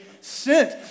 sent